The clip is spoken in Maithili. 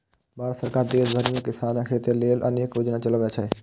भारत सरकार देश भरि मे किसानक हित लेल अनेक योजना चलबै छै